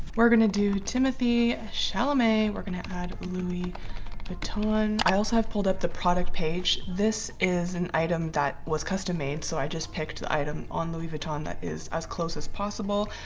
we're gonna do timothee chalamet. we're gonna add louis vuitton i also have pulled up the product page. this is an item that was custom made so i just picked the item on louis vuitton that is as close as possible.